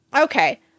Okay